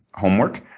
homework,